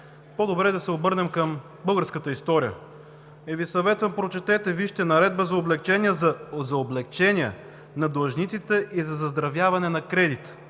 по-добре е да се обърнем към българската история. И Ви съветвам: прочетете, вижте Наредба за облекчения на длъжниците и за заздравяване на кредита,